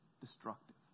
destructive